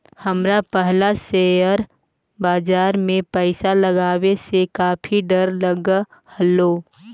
हमरा पहला शेयर बाजार में पैसा लगावे से काफी डर लगअ हलो